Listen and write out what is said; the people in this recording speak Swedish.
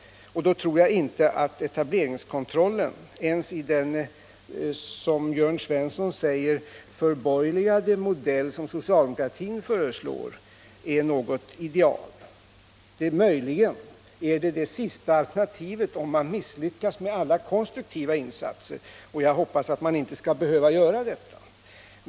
Då tror jag inte att etableringskontroll är något ideal — inte ens i den, som Jörn Svensson säger, förborgerligade modellen som socialdemokratin föreslår. Det kan möjligen vara det sista alternativet om man misslyckas med alla konstruktiva insatser, men jag hoppas att man inte skall behöva göra det.